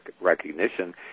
recognition